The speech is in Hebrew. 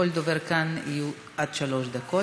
לכל דובר כאן יהיו עד שלוש דקות.